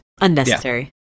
unnecessary